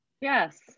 Yes